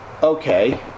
okay